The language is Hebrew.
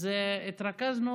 אז התרכזנו,